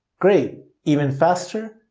great. even faster.